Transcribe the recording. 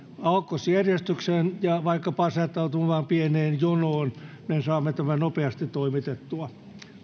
aakkosjärjestyksen ja vaikkapa asettautumaan pieneen jonoon näin saamme tämän nopeasti toimitettua